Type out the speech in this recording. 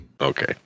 Okay